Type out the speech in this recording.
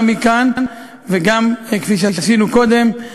גם מכאן וגם כפי שעשינו קודם,